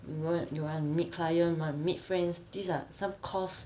you want you wanna meet client want to meet friends these are some costs